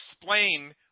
explain